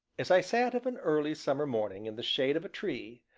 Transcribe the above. as i sat of an early summer morning in the shade of a tree,